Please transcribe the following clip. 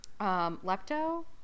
Lepto